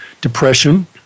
depression